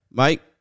Mike